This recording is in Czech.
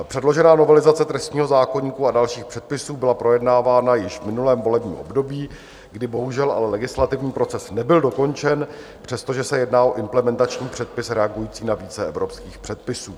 Předložená novelizace trestního zákoníku a dalších předpisů byla projednávána již v minulém volebním období, kdy bohužel ale legislativní proces nebyl dokončen, přestože se jedná o implementační předpis reagující na více evropských předpisů.